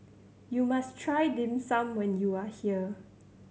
you must try Dim Sum when you are here